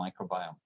microbiome